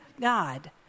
God